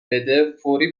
بده، فوری